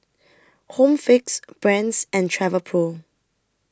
Home Fix Brand's and Travelpro